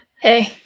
Hey